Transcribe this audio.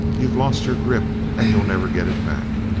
you've lost your grip and you'll never get it back.